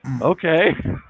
okay